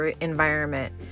environment